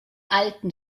alten